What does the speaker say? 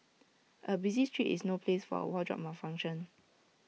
A busy street is no place for A wardrobe malfunction